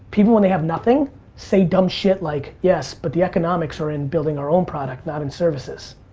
people when they have nothing say dumb shit like, yes, but the economics are in building our own product, not in services.